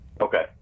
Okay